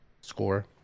score